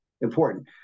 important